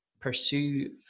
pursue